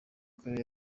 karere